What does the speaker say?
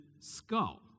skull